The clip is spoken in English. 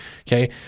Okay